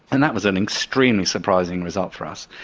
and that was an extremely surprising result for us.